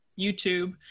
YouTube